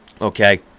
Okay